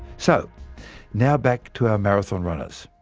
so now back to our marathon runners.